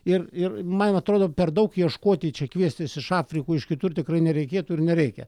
ir ir man atrodo per daug ieškoti čia kviestis iš afrikų iš kitur tikrai nereikėtų ir nereikia